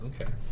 Okay